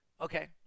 Okay